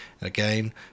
again